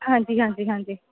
ਹਾਂਜੀ ਹਾਂਜੀ ਹਾਂਜੀ